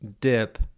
dip